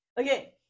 Okay